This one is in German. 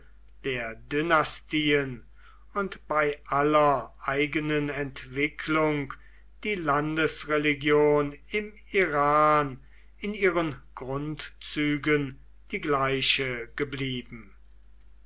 der dynastien und bei aller eigenen entwicklung die landesreligion im iran in ihren grundzügen die gleiche geblieben